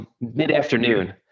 mid-afternoon